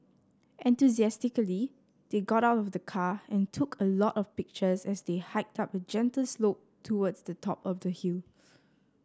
enthusiastically they got out of the car and took a lot of pictures as they hiked up a gentle slope towards the top of the hill